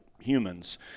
humans